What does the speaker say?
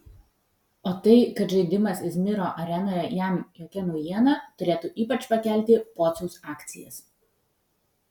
o tai kad žaidimas izmiro arenoje jam jokia naujiena turėtų ypač pakelti pociaus akcijas